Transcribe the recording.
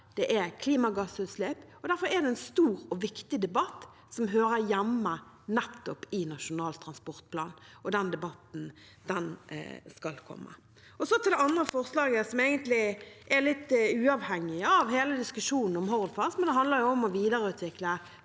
og klimagassutslipp. Derfor er dette en stor og viktig debatt som hører hjemme nettopp i Nasjonal transportplan – og den debatten kommer. Det andre forslaget, som egentlig er litt uavhengig av hele diskusjonen om Hordfast, handler om å videreutvikle